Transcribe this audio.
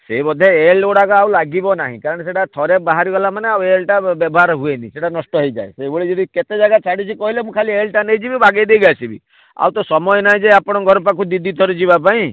ସେ ବୋଧେ ଏଲ୍ ଗୁଡ଼ାକ ଆଉ ଲାଗିବ ନାହିଁ କାରଣ ସେଟା ଥରେ ବାହାରି ଗଲା ମାନେ ଆଉ ଏଲ୍ଟା ବ୍ୟବହାର ହୁଏନି ସେଟା ନଷ୍ଟ ହେଇଯାଏ ସେଇଭଳି ଯଦି କେତେ ଜାଗା ଛାଡ଼ିଚି କହିଲେ ମୁଁ ଖାଲି ଏଲ୍ଟା ନେଇଯିବି ବାଗେଇ ଦେଇକି ଆସିବି ଆଉ ତ ସମୟ ନାହିଁ ଯେ ଆପଣଙ୍କ ଘର ପାଖକୁ ଦି ଦି ଥର ଯିବାପାଇଁ